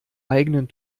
eigenen